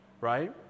right